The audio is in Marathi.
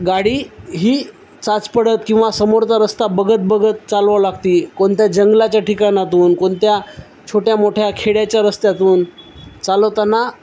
गाडी ही चाचपडत किंवा समोरचा रस्ता बघत बघत चालवावं लागती कोणत्या जंगलाच्या ठिकाणातून कोणत्या छोट्या मोठ्या खेड्याच्या रस्त्यातून चालवताना